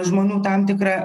žmonių tam tikra